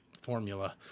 formula